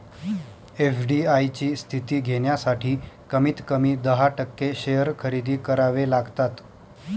FDI ची स्थिती घेण्यासाठी कमीत कमी दहा टक्के शेअर खरेदी करावे लागतात